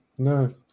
No